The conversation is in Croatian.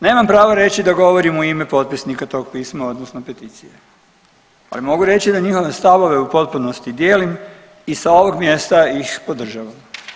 Nemam pravo reći da govorim u ime potpisnika tog pisma odnosno peticije, ali mogu reći da njihove stavove u potpunosti dijelim i sa ovog mjesta ih podržavam.